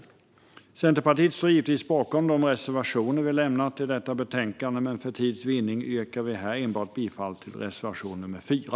Vi i Centerpartiet står givetvis bakom de reservationer vi lämnat i detta betänkande, men för tids vinnande yrkar jag bifall enbart till reservation 4.